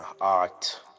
art